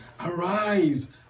Arise